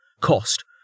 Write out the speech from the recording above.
Cost